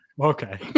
Okay